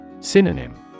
Synonym